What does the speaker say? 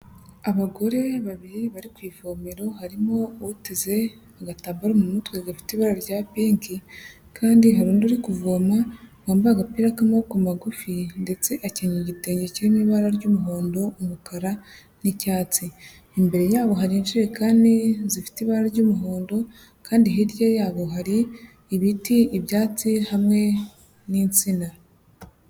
Abagore babiri bari ku ivomero, harimo uteze agatambaro mu mutwe gafite ibara rya pinki. Kandi hari undi uri kuvoma, wambaye agapira k'amaboko magufi, ndetse akenyeye igitenge kirimo ibara ry'umuhondo, umukara n'icyatsi. Imbere yabo hari injerekani zifite ibara ry'umuhondo, kandi hirya yabo hari ibiti, ibyatsi, hamwe n'insina.